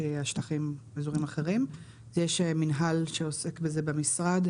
כמו השטחים יש מינהל שעוסק בזה במשרד,